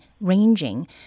ranging